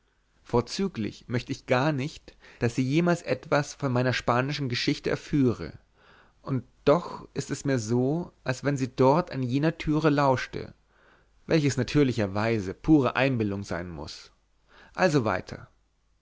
vorzüglich möcht ich gar nicht daß sie jemals etwas von meiner spanischen geschichte erführe und doch ist es mir so als wenn sie dort an jener türe lauschte welches natürlicherweise pure einbildung sein muß also weiter